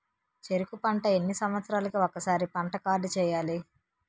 చెరుకు పంట ఎన్ని సంవత్సరాలకి ఒక్కసారి పంట కార్డ్ చెయ్యాలి?